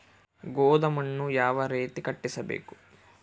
ಗೋದಾಮನ್ನು ಯಾವ ರೇತಿ ಕಟ್ಟಿಸಬೇಕು?